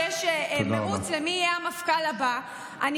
עכשיו, כשיש מרוץ מי יהיה המפכ"ל הבא, תודה רבה.